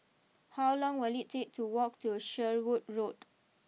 how long will it take to walk to Sherwood Road